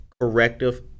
corrective